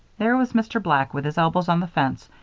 there was mr. black, with his elbows on the fence,